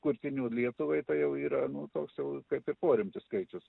kurtinių lietuvai tai jau yra nu toks jau kaip ir porimtis skaičius